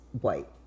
white